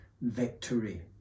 victory